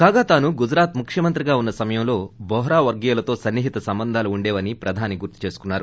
కాగా తాను గుజరాత్ ముఖ్యమంత్రిగా ఉన్న సమయంలో బోరా వర్గీయులతో సన్నిహిత సంబంధాలు ఉండేవని ప్రధాని గుర్తు చేసుకున్నారు